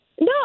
No